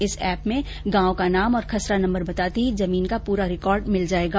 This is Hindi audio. इस ऐप में गांव का नाम और खसरा नम्बर बताते ही ज़मीन का पूरा रिकॉर्ड मिल जायेगा